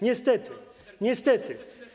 Niestety, niestety.